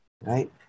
right